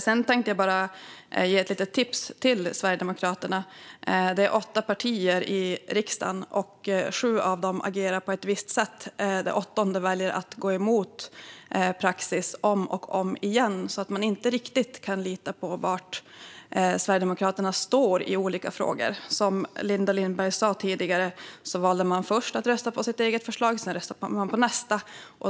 Sedan vill jag bara ge ett litet tips till Sverigedemokraterna. Det är åtta partier i riksdagen, och sju av dem agerar på ett visst sätt. Det åttonde väljer att gå emot praxis om och om igen, så man kan inte riktigt lita på var Sverigedemokraterna står i olika frågor. Som Linda Lindberg sa tidigare valde man först att rösta på sitt eget förslag, och sedan röstade man på nästa.